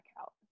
out